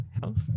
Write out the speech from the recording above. health